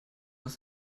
was